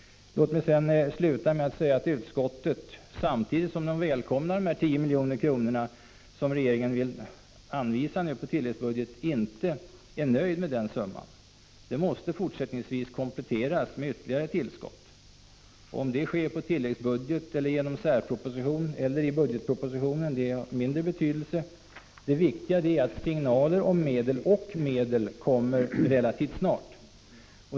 Låt mig sedan avsluta med att säga att utskottet, samtidigt som man välkomnar de 10 milj.kr. som regeringen nu vill anvisa på tilläggsbudget, inte är nöjt med den summan. Den måste fortsättningsvis kompletteras med ytterligare tillskott. Om det sker på tilläggsbudget, genom särproposition eller i budgetpropositionen är av mindre betydelse. Det viktiga är att signaler om medel samt medel kommer relativt snart.